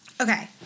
Okay